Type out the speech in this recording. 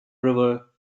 river